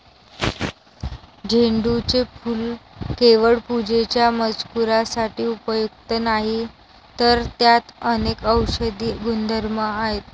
झेंडूचे फूल केवळ पूजेच्या मजकुरासाठी उपयुक्त नाही, तर त्यात अनेक औषधी गुणधर्म आहेत